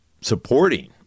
supporting